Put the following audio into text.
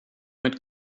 mit